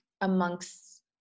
amongst